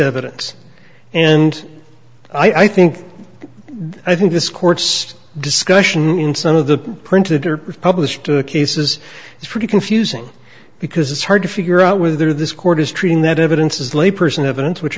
evidence and i think i think this court's discussion in some of the printed or published cases is pretty confusing because it's hard to figure out whether this court is treating that evidence as layperson evidence which